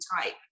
type